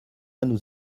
nous